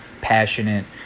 passionate